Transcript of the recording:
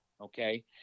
Okay